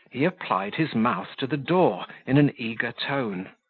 he applied his mouth to the door, in an eager tone.